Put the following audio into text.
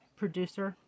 producer